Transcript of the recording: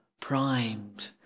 primed